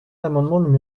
l’amendement